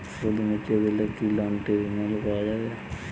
সুদ মিটিয়ে দিলে কি লোনটি রেনুয়াল করাযাবে?